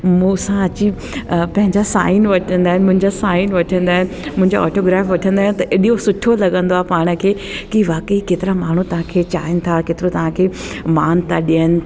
मूंसां अची पंहिंजा साइन वठंदा आहिनि मुंहिंजा साइन वठंदा आहिनि मुंजो ऑटोग्राफ वठंदा आहिनि त अॾो सुठो लॻंदो आहे पाण खे कि वाकई केतिरा माण्हू तव्हांखे चाहिनि था केतिरो तव्हांखे मान था ॾियनि